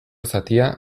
zatia